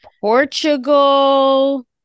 Portugal